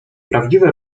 prawdziwe